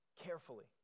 carefully